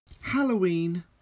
Halloween